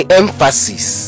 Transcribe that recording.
emphasis